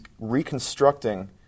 reconstructing